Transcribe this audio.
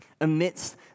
amidst